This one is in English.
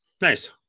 nice